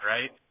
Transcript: Right